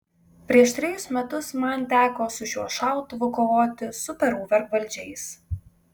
prieš trejus metus man teko su šiuo šautuvu kovoti su peru vergvaldžiais